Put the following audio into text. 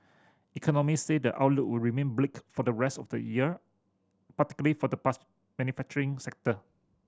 economy say the outlook would remain bleak for the rest of the year particularly for the manufacturing sector